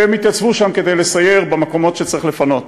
והם התייצבו שם כדי לסייר במקומות שצריך לפנות,